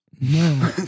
No